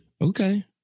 Okay